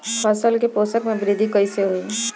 फसल के पोषक में वृद्धि कइसे होई?